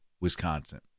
Wisconsin